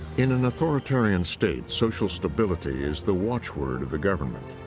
in an authoritarian state, social stability is the watchword of the government.